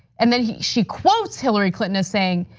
and then she quotes hillary clinton as saying,